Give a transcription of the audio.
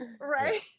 Right